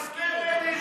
פעם אחת תגידי את האמת.